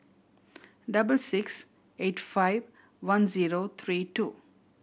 double six eight five one zero three two